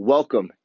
Welcome